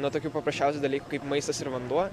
nuo tokių paprasčiausių dalykų kaip maistas ir vanduo